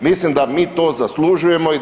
Mislim da mi to zaslužujemo i